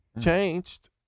changed